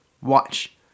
Watch